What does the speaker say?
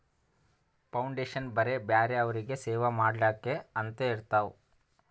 foundation ಬರೇ ಬ್ಯಾರೆ ಅವ್ರಿಗ್ ಸೇವಾ ಮಾಡ್ಲಾಕೆ ಅಂತೆ ಇರ್ತಾವ್